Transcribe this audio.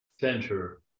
center